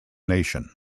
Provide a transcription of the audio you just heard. nation